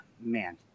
man